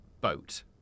boat